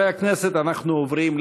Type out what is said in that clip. אנחנו ודאי,